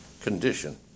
condition